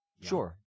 Sure